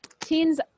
teens